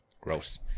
Gross